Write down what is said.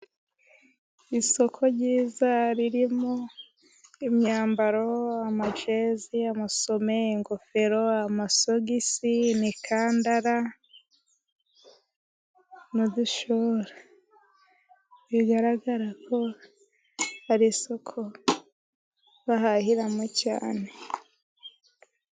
Isoko ryiza ririmo: imyambaro, amajezi, amusume, ingofero, amasogisi, imikandara n'udushora. Bigaragara ko ari isoko bahahiramo cyane.